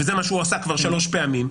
וזה מה שהוא עשה שלוש פעמים,